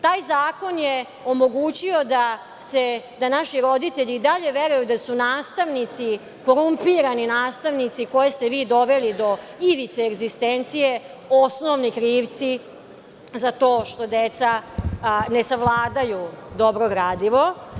Taj zakon je omogućio da naši roditelji i dalje veruju da su nastavnici, korumpirani nastavnici koje ste vi doveli do ivice egzistencije osnovni krivci za to što deca ne savladaju dobro gradivo.